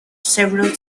several